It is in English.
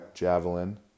Javelin